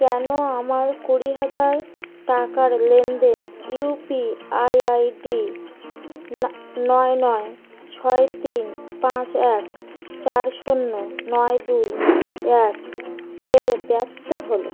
কেন আমার কুড়ি হাজার টাকার লেনদেন U P I I D না নয় নয় ছয় তিন পাঁচ এক চার শূন্য নয় দুই এক এর ব্যর্থ হলো